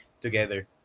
together